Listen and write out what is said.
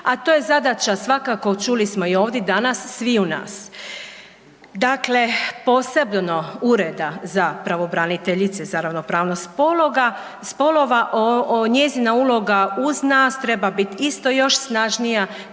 a to je zadaća svakako, čuli smo i ovdje danas sviju nas. Dakle, posebno Ureda pravobraniteljice za ravnopravnost spolova, njezina uloga uz nas treba biti isto još snažnija,